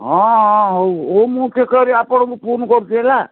ହଁ ହଁ ହଉ ହଉ ମୁଁ ଠିକ କରିି ଆପଣଙ୍କୁ ଫୋନ କରୁଛି ହେଲା